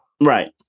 Right